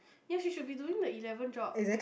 yes we should be doing the eleven job